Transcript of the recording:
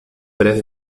breve